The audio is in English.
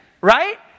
Right